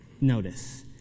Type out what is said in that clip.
Notice